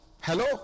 Hello